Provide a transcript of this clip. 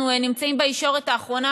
אנחנו נמצאים בישורת האחרונה,